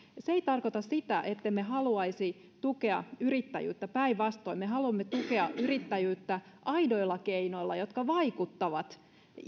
se ei tarkoita sitä ettemme haluaisi tukea yrittäjyyttä päinvastoin me haluamme tukea yrittäjyyttä aidoilla keinoilla jotka vaikuttavat